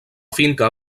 finca